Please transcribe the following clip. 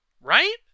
Right